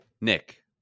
Nick